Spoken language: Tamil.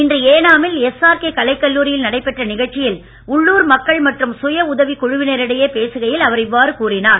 இன்று எனா மில் எஸ்ஆர்கே கலைக் கல்லூரியில் நடைபெற்ற நிகழ்ச்சியில் உள்ளூர் மக்கள் மற்றும் சுய உதவிக் குழுவினரிடையே பேசுகையில் அவர் இவ்வாறு கூறினார்